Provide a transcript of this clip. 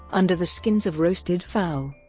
under the skins of roasted fowl,